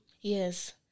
Yes